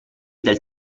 del